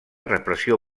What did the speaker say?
repressió